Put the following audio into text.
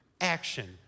action